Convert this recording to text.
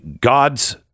God's